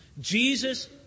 Jesus